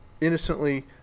innocently